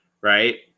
right